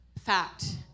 Fact